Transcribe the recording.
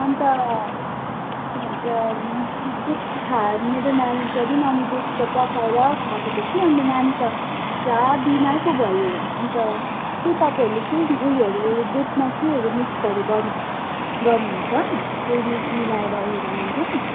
अन्त के भन्छ दुध खा मेरो नानी फेरि दुध त पकाएर खुवाएको थिएँ कि मेरो नानी त पुरा बिमार पो भयो अन्त के तपाईँहरूले केही उयोहरू दुधमा केहरू मिक्सहरू गर्नु गर्नुहुन्छ केही मिलाएर उयो गर्नुहुन्छ